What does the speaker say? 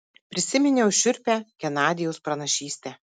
prisiminiau šiurpią genadijaus pranašystę